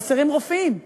חסרים רופאים פנימאים,